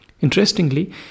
Interestingly